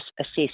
assess